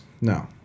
No